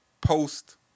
post